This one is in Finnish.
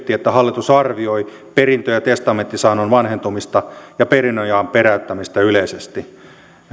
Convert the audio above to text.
että hallitus arvioi perintö ja testamenttisaannon vanhentumista ja perinnönjaon peräyttämistä yleisesti